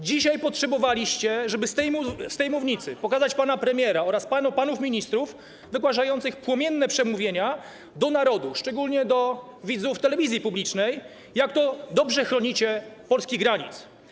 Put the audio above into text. Dzisiaj potrzebowaliście, żeby z tej mównicy pokazać pana premiera oraz panów ministrów wygłaszających płomienne przemówienia do narodu, szczególnie do widzów telewizji publicznej, jak to dobrze chronicie polskie granice.